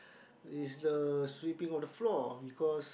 is the sweeping on the floor because